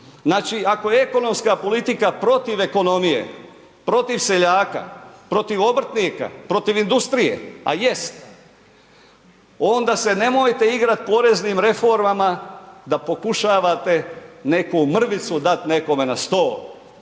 Znači ako je ekonomska politika protiv ekonomije, protiv seljaka, protiv obrtnika, protiv industrije a jest, onda se nemojte igrat poreznim reformama da pokušavate neku mrvicu dat nekome na stol.